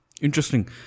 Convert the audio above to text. Interesting